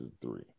three